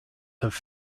have